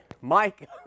Mike